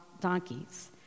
donkeys